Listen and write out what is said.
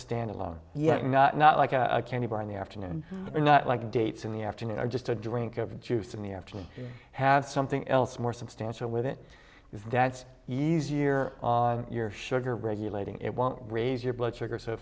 standalone yes not not like a candy bar in the afternoon or not like dates in the afternoon are just a drink of juice in the afternoon had something else more substantial with it is that easier on your sugar regulating it won't raise your blood sugar so